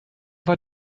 war